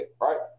right